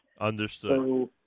Understood